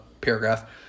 paragraph